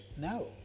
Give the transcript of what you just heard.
no